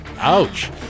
ouch